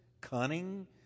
cunning